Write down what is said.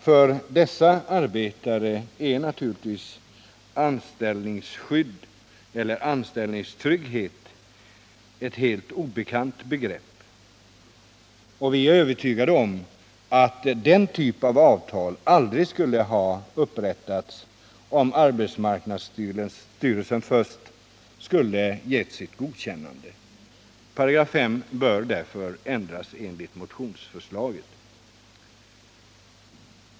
För dessa arbetare är naturligtvis anställningstrygghet ett helt obekant begrepp. Vi är övertygade om att denna typ av avtal aldrig skulle ha upprättats om arbetsmarknadsstyrelsen först skulle ha gett sitt godkännande. 5 § bör därför ändras enligt motionsförslaget.